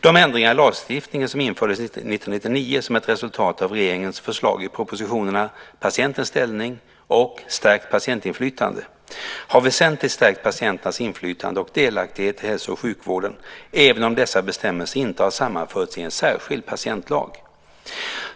De ändringar i lagstiftningen som infördes 1999 som ett resultat av regeringens förslag i propositionerna Patientens ställning och Stärkt patientinflytande har väsentligt stärkt patienternas inflytande och delaktighet i hälso och sjukvården, även om dessa bestämmelser inte har sammanförts i en särskild patientlag.